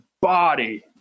body